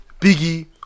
Biggie